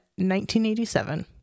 1987